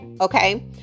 Okay